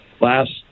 last